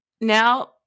Now